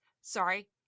sorry